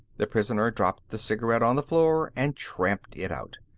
the prisoner dropped the cigarette on the floor and tramped it out.